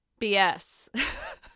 BS